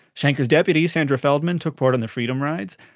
shanker's deputy, sandra feldman, took part in the freedom rides.